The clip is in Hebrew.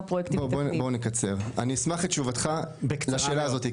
אני אשמח את תשובתך לשאלה הזאת,